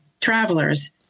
travelers